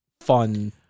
fun